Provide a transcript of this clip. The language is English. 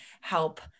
help